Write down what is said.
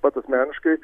pats asmeniškai